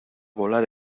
volar